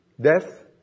Death